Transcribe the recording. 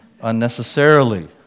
unnecessarily